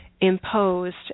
imposed